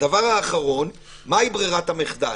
הדבר האחרון, מהי ברירת המחדל?